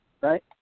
right